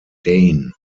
dane